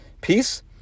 peace